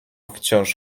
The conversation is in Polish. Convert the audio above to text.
wciąż